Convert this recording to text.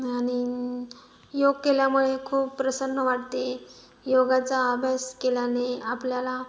आणि योग केल्यामुळे खूप प्रसन्न वाटते योगाचा अभ्यास केल्याने आपल्याला